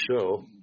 show